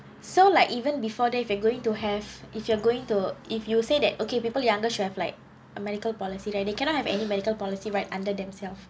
so like even before that if you going to have if you are going to if you say that okay people younger should have like a medical policy right they cannot have any medical policy right under themselves